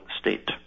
state